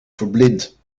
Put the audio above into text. verblind